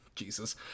Jesus